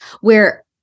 where-